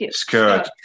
skirt